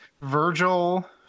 virgil